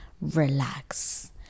relax